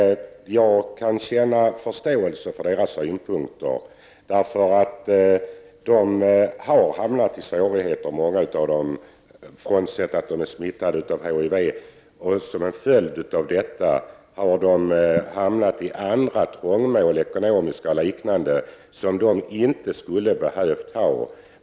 Jag kan hysa förståelse för deras synpunkter, därför att många av dem har, frånsett att de är smittade av HIV, hamnat i svårigheter och andra trångmål — ekonomiska och liknande — som de annars inte skulle ha behövt hamna i.